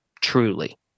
Truly